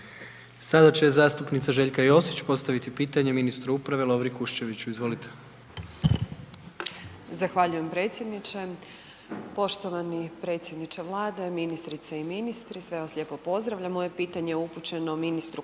Sada će zastupnica Željka Josić postaviti pitanje ministru uprave Lovri Kuščeviću, izvolite. **Josić, Željka (HDZ)** Zahvaljujem predsjedniče. Poštovani predsjedniče Vlade, ministrice i ministri, sve vas lijepo pozdravljam, moje pitanje je upućeno ministru Kuščeviću,